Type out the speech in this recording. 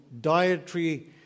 dietary